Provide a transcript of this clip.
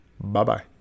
Bye-bye